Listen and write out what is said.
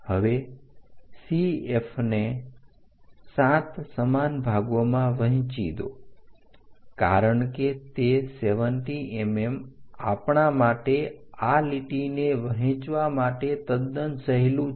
હવે CF ને 7 સમાન ભાગોમાં વહેંચી દો કારણ કે તે 70 mm આપણા માટે આ લીટીને વહેંચવા માટે તદ્દન સહેલું છે